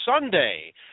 Sunday